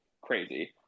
crazy